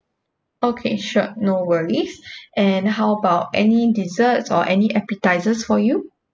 okay sure no worries and how about any desserts or any appetizers for you